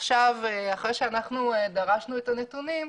אחרי שאנחנו דרשנו את הנתונים,